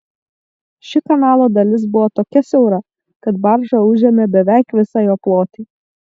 ši kanalo dalis buvo tokia siaura kad barža užėmė beveik visą jo plotį